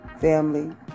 Family